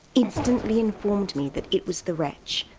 instantly informed me that it was the wretch,